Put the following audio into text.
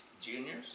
Juniors